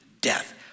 death